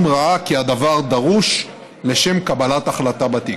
אם ראה כי הדבר דרוש לשם קבלת החלטה בתיק.